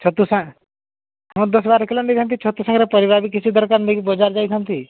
ଛତୁ ସା ହଁ ଦଶ ବାର କିଲୋ ନେଇଥାନ୍ତି ଛତୁ ସାଙ୍ଗରେ ପରିବା ବି କିଛି ଦରକାର ନେଇକରି ବଜାର ଯାଇଥାନ୍ତି